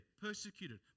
Persecuted